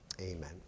Amen